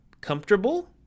comfortable